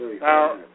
Now